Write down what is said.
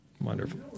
Wonderful